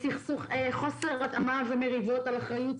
חוסר התאמה ומריבות על אחריות,